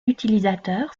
utilisateur